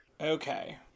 Okay